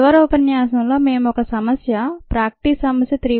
చివరి ఉపన్యాసంలో మేము ఒక సమస్య ఒక ప్రాక్టీస్ సమస్య 3